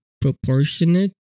proportionate